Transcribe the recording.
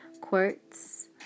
quotes